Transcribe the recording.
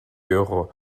euro